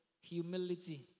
humility